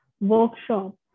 workshop